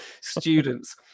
students